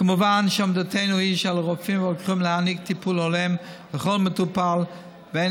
כמובן שעמדתנו היא שעל רופאים ורוקחים להעניק טיפול הולם לכל מטופל ואין